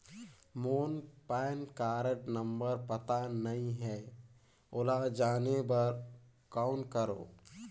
मोर PAN card number पता नहीं है, ओला जाने बर कौन करो?